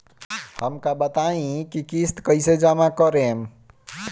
हम का बताई की किस्त कईसे जमा करेम?